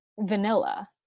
vanilla